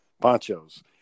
Pancho's